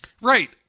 Right